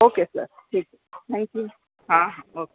okay sir ठीक आहे thank you हां हा ओके